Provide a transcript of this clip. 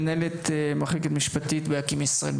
מנהלת את המחלקה המשפטית באקים ישראל,